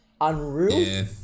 unreal